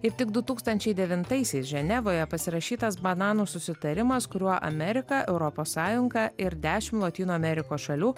ir tik du tūkstančiai devintaisiais ženevoje pasirašytas bananų susitarimas kuriuo amerika europos sąjunga ir dešimt lotynų amerikos šalių